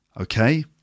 Okay